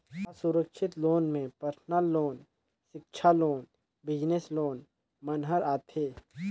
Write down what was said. असुरक्छित लोन में personal loan, सिक्छा लोन, बिजनेस लोन मन हर आथे